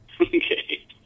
Okay